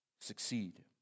succeed